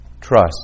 Trust